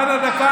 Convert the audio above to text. עד הדקה